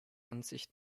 ansicht